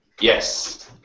Yes